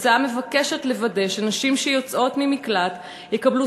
ההצעה מבקשת לוודא שנשים שיוצאות ממקלט יקבלו